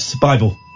Bible